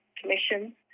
Commission